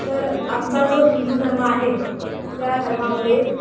तर आमचा जो हिंदू धर्म आहे त्या धर्मामध्ये